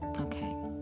Okay